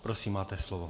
Prosím máte slovo.